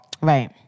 Right